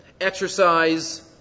exercise